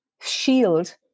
shield